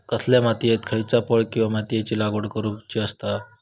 कसल्या मातीयेत खयच्या फळ किंवा भाजीयेंची लागवड करुची असता?